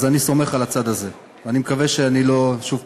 אז אני סומך על הצד הזה, ואני מקווה שאני לא,